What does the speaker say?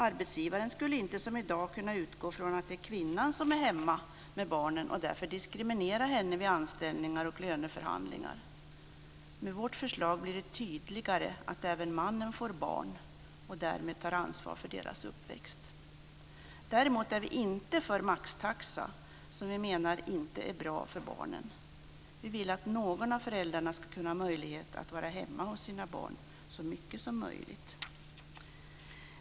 Arbetsgivaren skulle inte, som i dag, kunna utgå från att det är kvinnan som är hemma med barnen och därför diskriminera henne vid anställningar och löneförhandlingar. Med vårt förslag blir det tydligare att även mannen får barn och därmed tar ansvar för deras uppväxt. Däremot är vi inte för maxtaxa, som vi menar inte är bra för barnen. Vi vill att någon av föräldrarna ska ha möjlighet att vara hemma hos sina barn så mycket som möjligt.